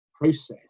process